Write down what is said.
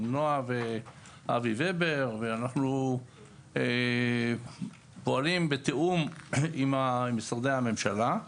עם נועה ואבי ובר ואנחנו פועלים בתיאום עם משרדי הממשלה.